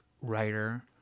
writer